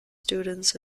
students